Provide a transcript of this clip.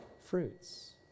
fruits